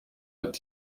ati